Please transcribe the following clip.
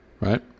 Right